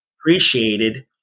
appreciated